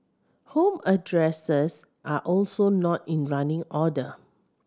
home addresses are also not in running order